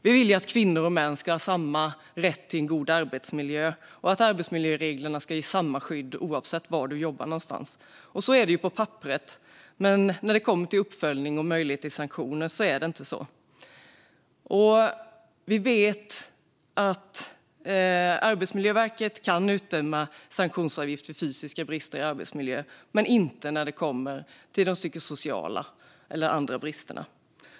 Vi vill ju att kvinnor och män ska ha samma rätt till god arbetsmiljö och att arbetsmiljöreglerna ska ge samma skydd oavsett var du jobbar någonstans, och så är det - på papperet. När det kommer till uppföljning och möjligheter till sanktioner är det inte så. Arbetsmiljöverket kan utdöma sanktionsavgift för fysiska brister i arbetsmiljön, men inte för psykosociala eller andra brister.